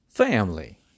Family